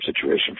situation